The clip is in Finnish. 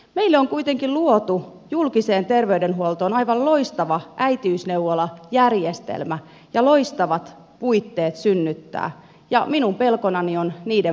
meille on kuitenkin luotu julkiseen terveydenhuoltoon aivan loistava äitiysneuvolajärjestelmä ja loistavat puitteet synnyttää ja minun pelkonani on niiden murentuminen